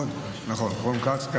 רון כץ.